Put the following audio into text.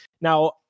Now